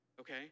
Okay